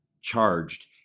charged